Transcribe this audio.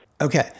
Okay